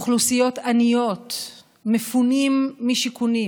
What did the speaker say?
אוכלוסיות עניות, מפונים משיכונים.